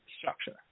structure